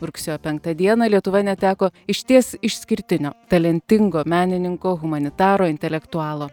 rugsėjo penktą dieną lietuva neteko išties išskirtinio talentingo menininko humanitaro intelektualo